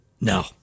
No